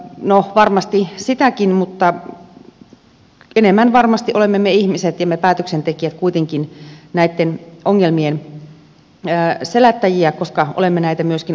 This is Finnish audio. no varmasti sitäkin mutta enemmän varmasti olemme me ihmiset ja me päätöksentekijät kuitenkin näitten ongelmien selättäjiä koska olemme näitä myöskin rakentaneet